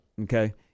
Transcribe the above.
Okay